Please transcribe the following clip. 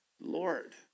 Lord